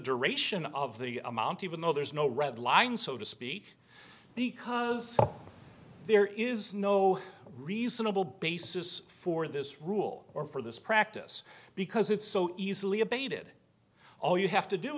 duration of the amount even though there's no red line so to speak because there is no reasonable basis for this rule or for this practice because it's so easily abated all you have to do